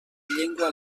llengua